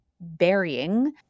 burying